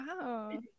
wow